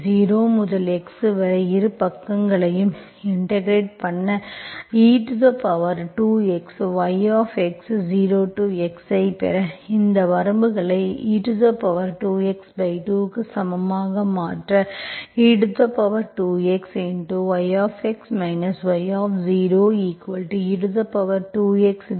0 முதல் x வரை இரு பக்கங்களையும் இன்டெகிரெட் பண்ண எனவே e2xyx0x ஐப் பெற இந்த வரம்புகளை e2x2 க்கு சமமாக மாற்ற e2xyx y0e2x2 12 ஐக் கொடுக்கும்